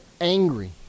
angry